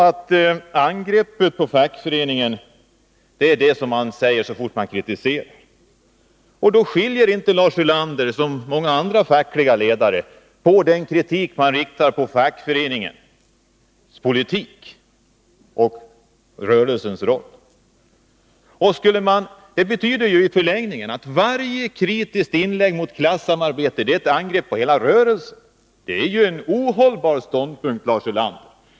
Angrepp på fackföreningen heter det så fort man kritiserar någonting. Liksom många andra fackliga ledare skiljer inte Lars Ulander mellan kritik mot fackföreningens politik och sådan kritik som riktas mot rörelsens roll. Det betyder ju i förlängningen att varje kritiskt inlägg mot klassamarbetet är ett angrepp på hela rörelsen. Det är en ohållbar ståndpunkt, Lars Ulander.